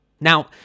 Now